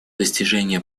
достижения